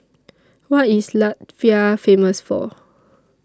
What IS Latvia Famous For